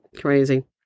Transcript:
Crazy